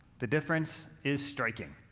the difference is striking.